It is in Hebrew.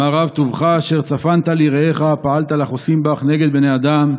"מה רב טובך אשר צפנת ליראיך פעלת לחֹסים בך נגד בני אדם."